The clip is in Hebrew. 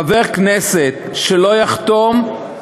חבר כנסת שלא יחתום,